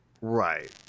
Right